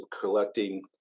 collecting